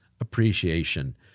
appreciation